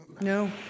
No